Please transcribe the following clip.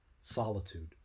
solitude